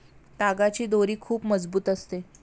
तागाची दोरी खूप मजबूत असते